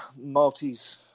Maltese